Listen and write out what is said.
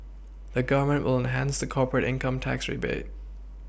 the Government will enhance the corporate income tax rebate